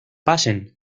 pasen